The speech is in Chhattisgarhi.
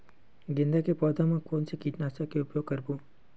गेंदा के पौधा म कोन से कीटनाशक के उपयोग करबो?